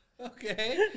Okay